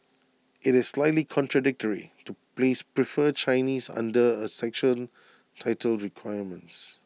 IT is slightly contradictory to place prefer Chinese under A section titled requirements